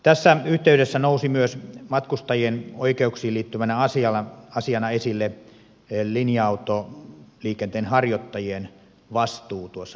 tässä yhteydessä nousi myös matkustajien oikeuksiin liittyvänä asiana esille linja autoliikenteen harjoittajien vastuu palvelun tarjoamisessa